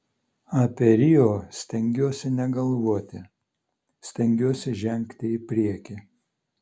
apie rio stengiuosi negalvoti stengiuosi žengti į priekį